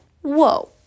Whoa